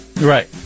Right